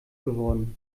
geworden